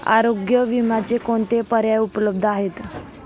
आरोग्य विम्याचे कोणते पर्याय उपलब्ध आहेत?